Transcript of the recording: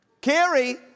Kerry